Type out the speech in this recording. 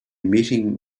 meeting